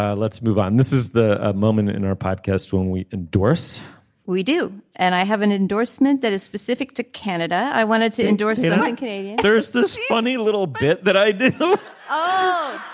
let's move on. this is the moment in our podcast when we endorse we do. and i have an endorsement that is specific to canada. i wanted to endorse it like there's this funny little bit that i did oh